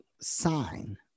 sign